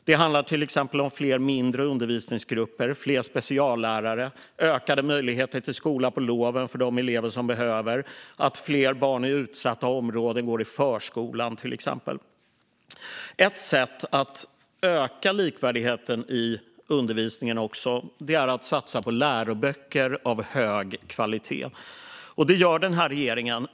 Det handlar till exempel om fler mindre undervisningsgrupper, fler speciallärare, ökade möjligheter till skola på loven för de elever som behöver och att fler barn i utsatta områden går i förskolan. Ett sätt att öka likvärdigheten i undervisningen är att satsa på läroböcker av hög kvalitet. Det gör den här regeringen.